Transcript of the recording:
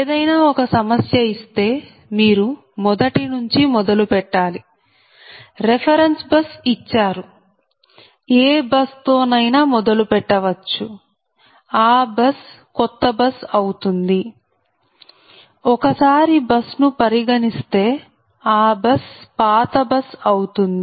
ఏదైనా ఒక సమస్య ఇస్తే మీరు మొదటి నుంచి మొదలు పెట్టాలి రెఫెరెన్స్ బస్ ఇచ్చారు ఏ బస్ తో నైనా మొదలుపెట్టవచ్చు ఆ బస్ కొత్త బస్ అవుతుంది ఒక సారి బస్ ను పరిగణిస్తే ఆ బస్ పాత బస్ అవుతుంది